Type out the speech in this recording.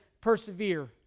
persevere